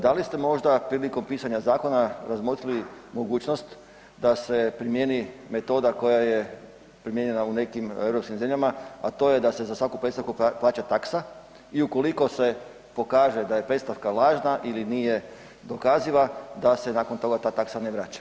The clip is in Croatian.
Da li ste možda prilikom pisanja zakona razmotrili mogućnost da se primjeni metoda koja je primijenjena u nekim europskim zemljama, a to je da se za svaku predstavku plaća taksa i ukoliko se pokaže da je predstavka lažna ili nije dokaziva da se nakon toga ta taksa ne vraća?